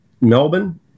Melbourne